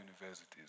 universities